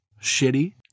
shitty